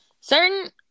certain